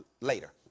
later